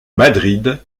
madrid